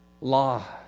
law